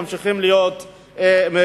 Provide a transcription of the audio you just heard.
ממשיכים להיות למטה.